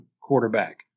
quarterback